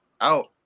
out